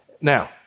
Now